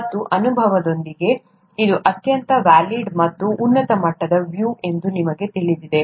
ಮತ್ತು ಅನುಭವದೊಂದಿಗೆ ಇದು ಅತ್ಯಂತ ವ್ಯಾಲಿಡ್ ಮತ್ತು ಉನ್ನತ ಮಟ್ಟದ ವ್ಯೂ ಎಂದು ನಿಮಗೆ ತಿಳಿದಿದೆ